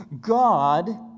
God